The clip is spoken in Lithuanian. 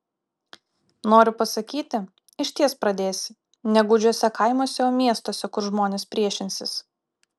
noriu pasakyti išties pradėsi ne gūdžiuose kaimuose o miestuose kur žmonės priešinsis